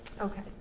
okay